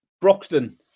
Broxton